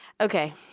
Okay